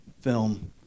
film